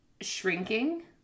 shrinking